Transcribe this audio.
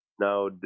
now